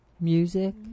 music